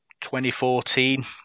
2014